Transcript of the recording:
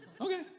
Okay